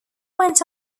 went